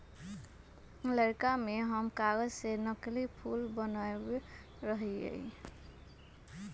लइरका में हम कागज से नकली फूल बनबैत रहियइ